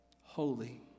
holy